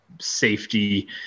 safety